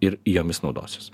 ir jomis naudosis